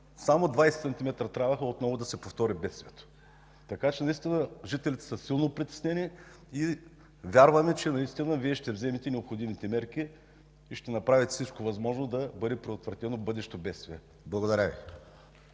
само 20 см трябваха отново да се повтори бедствието, така че наистина жителите са силно притеснени и вярваме, че наистина Вие ще вземете необходимите мерки и ще направите всичко възможно да бъде предотвратено бъдещо бедствие. Благодаря Ви.